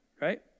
right